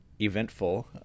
eventful